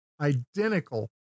identical